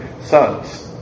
sons